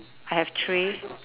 I have three